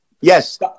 Yes